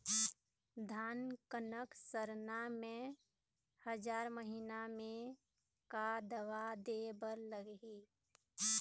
धान कनक सरना मे हजार महीना मे का दवा दे बर लगही?